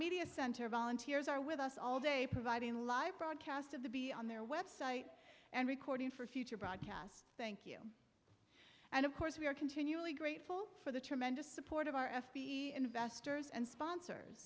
media center volunteers are with us all day providing live broadcast of the be on their website and recording for future broadcast thank you and of course we are continually grateful for the tremendous support of our f p investors and sponsors